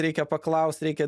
reikia paklaust reikia